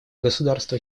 государства